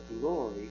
glory